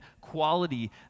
quality